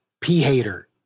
P-hater